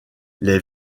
les